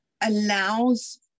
allows